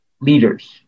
leaders